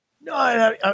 No